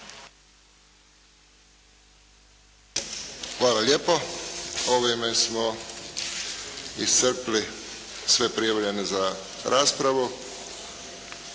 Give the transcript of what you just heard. Hvala lijepo. Ovime smo iscrpili sve prijavljene za raspravu.